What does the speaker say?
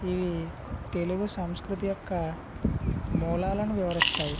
ఇవి తెలుగు సంస్కృతి యొక్క మూలాలను వివరిస్తాయి